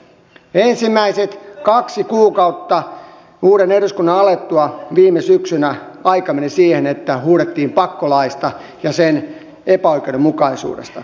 ensimmäiset kaksi kuukautta uuden eduskunnan alettua viime syksynä aika meni siihen että huudettiin pakkolaista ja sen epäoikeudenmukaisuudesta